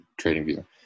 TradingView